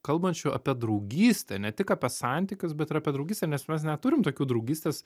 kalbančių apie draugystę ne tik apie santykius bet ir apie draugystę nes mes neturim tokių draugystės